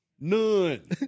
none